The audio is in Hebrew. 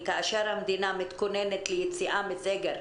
כאשר המדינה מתכוננת ליציאה מסגר,